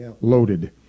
loaded